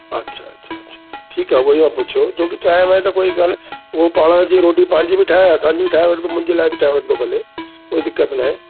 अच्छा अच्छा ठीकु आहे उहेई मां पुछियो छो की चांहि ॿाए त कोई कोन्हे उहो पाण अची रोटी पंहिंजी बि ठाहे असांजी बि ठाहे वठिंदो मुंहिंजे लाइ बि वठिदो भले कोई दिक़तु न आहे